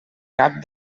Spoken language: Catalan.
cap